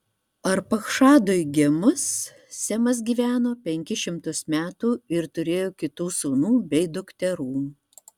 arpachšadui gimus semas gyveno penkis šimtus metų ir turėjo kitų sūnų bei dukterų